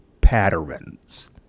patterns